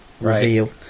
Reveal